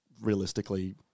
realistically